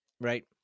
Right